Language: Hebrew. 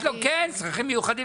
כן, צרכים מיוחדים.